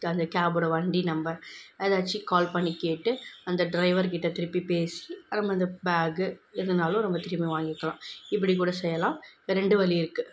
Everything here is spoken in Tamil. அந்த கேபோடய வண்டி நம்பர் ஏதாச்சும் கால் பண்ணி கேட்டு அந்த ட்ரைவருக்கிட்ட திருப்பி பேசி நம்ம அந்த பேகு எதுன்னாலும் நம்ம திரும்பி வாங்கிக்கலாம் இப்படி கூட செய்யலாம் ரெண்டு வழி இருக்குது